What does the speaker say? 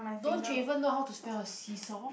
don't you even know how to spell a seesaw